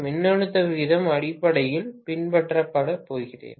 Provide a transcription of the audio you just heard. மின்னழுத்த விகிதம் அடிப்படையில் பின்பற்றப்படப்போகிறேன்